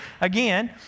again